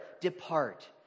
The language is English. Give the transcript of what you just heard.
depart